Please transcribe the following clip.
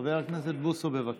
חבר הכנסת בוסו, בבקשה.